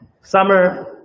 summer